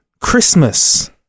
Christmas